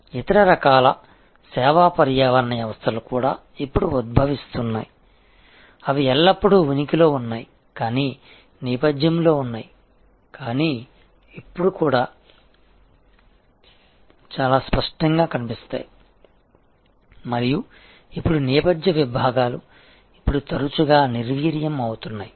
ఇతర రకాల సేవా పర్యావరణ వ్యవస్థలు కూడా ఇప్పుడు ఉద్భవిస్తున్నాయి అవి ఎల్లప్పుడూ ఉనికిలో ఉన్నాయి కానీ నేపథ్యంలో ఉన్నాయి కానీ ఇప్పుడు అవి కూడా చాలా స్పష్టంగా కనిపిస్తాయి మరియు ఇప్పుడు నేపథ్య విభాగాలు ఇప్పుడు తరచుగా నిర్వీర్యం అవుతున్నాయి